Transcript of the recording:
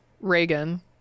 reagan